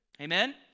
Amen